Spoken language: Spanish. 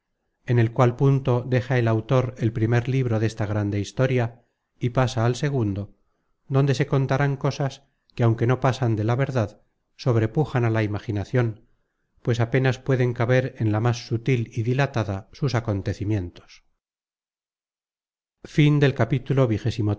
en el cual punto deja el autor el primer libro desta grande historia y pasa al segundo donde se contarán cosas que aunque no pasan de la verdad sobrepujan á la imaginacion pues apenas pueden caber en la más sutil y dilatada sus acontecimientos